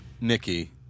Nikki